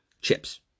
chips